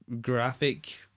graphic